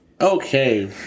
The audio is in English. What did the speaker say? Okay